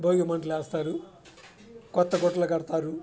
భోగి మంటలేస్తారు కొత్త కొట్లు కడతారు